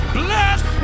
bless